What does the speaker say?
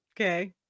Okay